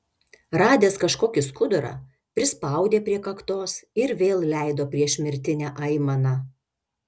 radęs kažkokį skudurą prispaudė prie kaktos ir vėl leido priešmirtinę aimaną